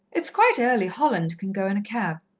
it's quite early holland can go in a cab.